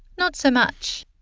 not so much.